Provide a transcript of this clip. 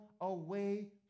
away